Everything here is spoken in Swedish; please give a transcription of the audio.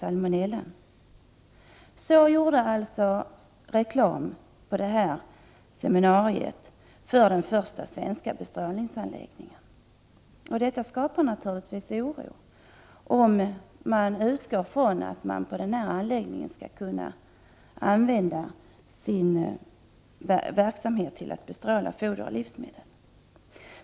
På detta sätt gjordes det alltså på detta seminarium reklam för den första svenska bestrålningsanläggningen. Det skapar naturligtvis oro om man utgår från att man på denna anläggning skall kunna bestråla foder och livsmedel.